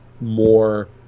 more